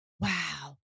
wow